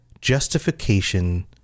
justification